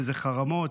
שזה חרמות.